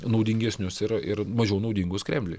naudingesnius ir ir mažiau naudingus kremliui